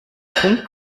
punkt